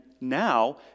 now